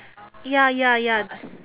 ya ya ya